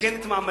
לתקן את מעמדם.